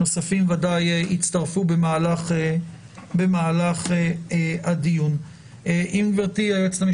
בוודאי במהלך הדיון יצטרפו חברי כנסת נוספים.